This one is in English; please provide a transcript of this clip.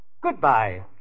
Goodbye